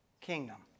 kingdom